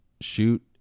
shoot